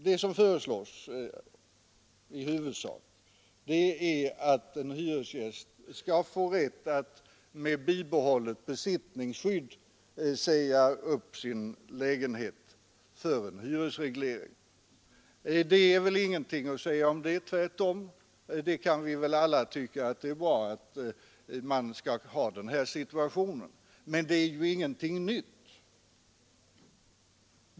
Det som föreslås är i huvudsak att en hyresgäst skall få rätt att med bibehållet besittningsskydd säga upp sin lägenhet för hyresreglering. Det är väl ingenting att säga härom. Tvärtom kan vi alla tycka att det är bra med denna möjlighet. Men det är ingenting nytt.